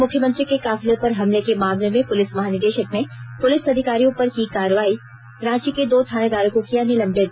मुख्यमंत्री के काफिले पर हमले के मामले में पुलिस महानिदेशक ने पुलिस अधिकारियों पर की कार्रवाई रांची के दो थानेदारों को किया निलंबित